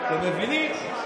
אתם מבינים?